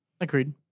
Agreed